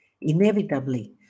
inevitably